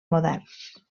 moderns